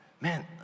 man